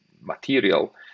material